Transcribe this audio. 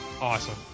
Awesome